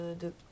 de